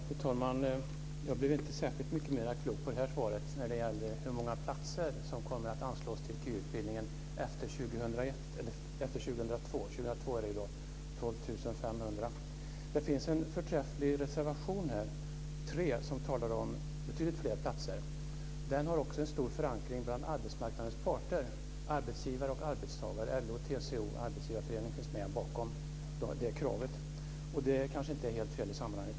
Fru talman! Jag blev inte särskilt mycket klokare av det svaret när det gällde hur många platser som kommer att anslås till KY efter 2002. År 2002 är det Det finns en förträfflig reservation, nr 3, som talar om betydligt fler platser. Den har också en stark förankring bland arbetsmarknadens parter, arbetsgivare och arbetstagare. LO, TCO och Arbetsgivareföreningen står bakom det kravet. Det kanske inte är helt fel i sammanhanget.